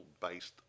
based